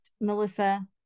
Melissa